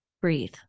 breathe